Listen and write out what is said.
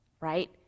right